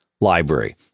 library